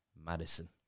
Madison